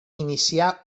inicià